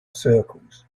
circles